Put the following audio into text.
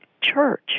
church